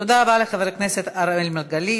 תודה רבה לחבר הכנסת אראל מרגלית.